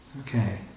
Okay